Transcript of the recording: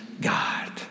God